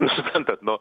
suprantat nu